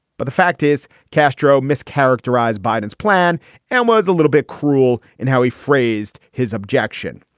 but the fact is, castro mischaracterized biden's plan and was a little bit cruel in how he phrased his objection.